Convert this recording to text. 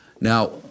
Now